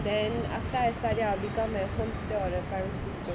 then after I study I'll become a home tutor or a primary school teacher